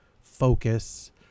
focus